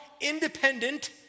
independent